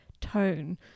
tone